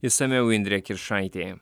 išsamiau indrė kiršaitė